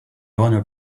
owner